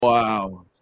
Wow